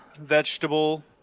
vegetable